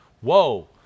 Whoa